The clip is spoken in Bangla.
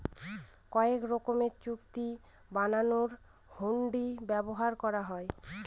কয়েক রকমের চুক্তি বানানোর হুন্ডি ব্যবহার করা হয়